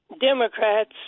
Democrats